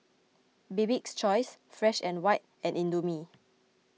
Bibik's Choice Fresh and White and Indomie